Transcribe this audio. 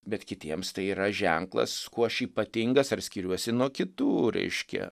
bet kitiems tai yra ženklas kuo aš ypatingas ar skiriuosi nuo kitų reiškia